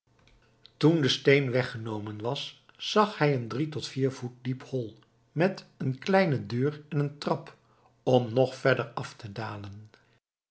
toen de steen weggenomen was zag hij een drie tot vier voet diep hol met een kleine deur en een trap om nog verder af te dalen